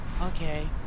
Okay